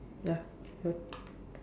ya what